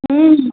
हूँ